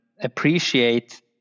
appreciate